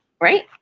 right